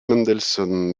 mendelssohn